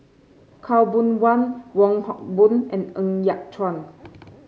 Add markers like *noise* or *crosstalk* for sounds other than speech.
Khaw Boon Wan Wong Hock Boon and Ng Yat Chuan *noise*